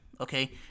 Okay